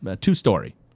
two-story